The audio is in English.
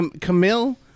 Camille